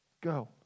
Go